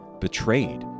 betrayed